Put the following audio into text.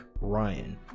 Ryan